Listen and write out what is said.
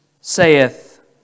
saith